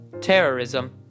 terrorism